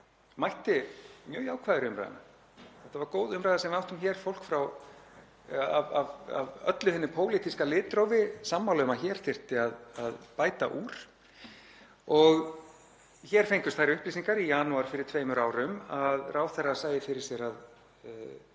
mætti mjög jákvæður í umræðuna og þetta var góð umræða sem við áttum hér, fólk á öllu hinu pólitíska litrófi var sammála um að hér þyrfti að bæta úr. Hér fengust þær upplýsingar í janúar fyrir tveimur árum að ráðherrann sæi fyrir sér að